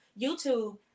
YouTube